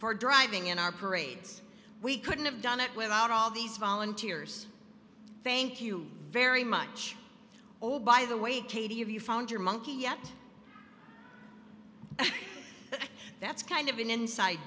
for driving in our parades we couldn't have done it without all these volunteers thank you very much oh by the way katie have you found your monkey yet that's kind of an inside